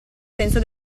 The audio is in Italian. senso